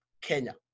Kenya